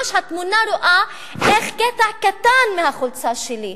התמונה מראה ממש איך קטע קטן מהחולצה שלי,